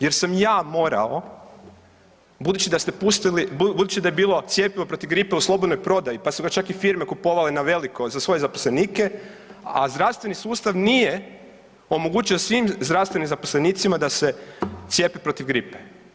Jer sam ja morao budući ste pustili, budući da je bilo cjepivo protiv gripe u slobodnoj prodaji pa su ga čak i firme kupovale na veliko za svoje zaposlenike, a zdravstveni sustav nije omogućio svim zdravstvenim zaposlenicima da se cijepe protiv gripe.